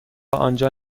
آنجا